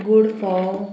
good फॉ